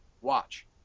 watch